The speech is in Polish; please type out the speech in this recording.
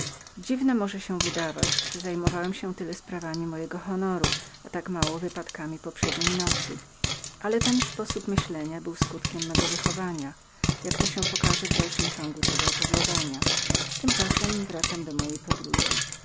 dziwnem może się wydawać że zajmowałem się tyle moją sławą a tak mało wypadkami poprzednjejpoprzedniej nocy ale ten sposób myślenia był skutkiem mego wychowania jak to się pokaże w dalszym ciągu tego opowiadania tymczasem wracam do mojej podróży